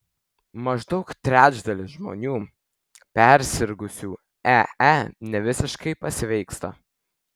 maždaug trečdalis žmonių persirgusių ee nevisiškai pasveiksta